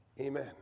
Amen